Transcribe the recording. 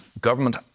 government